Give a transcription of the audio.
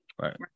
Right